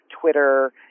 Twitter